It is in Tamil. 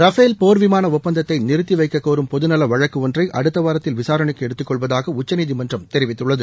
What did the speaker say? ரஃபேல் போர் விமான ஒப்பந்தத்தை நிறுத்தி வைக்கக்கோரும் பொதுநல வழக்கு ஒன்றை அடுத்த வாரத்தில் விசாரணைக்கு எடுத்துக் கொள்வதாக உச்சநீதிமன்றம் தெரிவித்துள்ளது